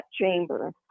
chamber